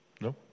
No